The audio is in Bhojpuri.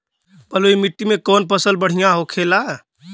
बलुई मिट्टी में कौन फसल बढ़ियां होखे ला?